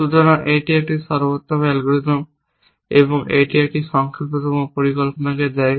সুতরাং এটি একটি সর্বোত্তম অ্যালগরিদম এবং এটি সংক্ষিপ্ততম পরিকল্পনাকে দেয়